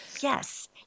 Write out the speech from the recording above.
Yes